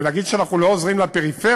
ולהגיד שאנחנו לא עוזרים לפריפריה?